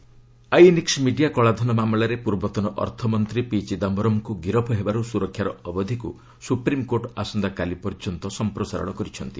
SC Chidambaram INX media କଳାଧନ ମାମଲାରେ ପୂର୍ବତନ ଅର୍ଥ ମନ୍ତ୍ରୀ ପି ଚିଦାମ୍ଭରମ୍ଙ୍କୁ ଗିରଫ୍ ହେବାରୁ ସୁରକ୍ଷାର ଅବଧିକୁ ସୁପ୍ରିମ୍କୋର୍ଟ ଆସନ୍ତାକାଲି ପର୍ଯ୍ୟନ୍ତ ସମ୍ପ୍ରସାରଣ କରିଛନ୍ତି